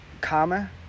karma